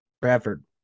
Bradford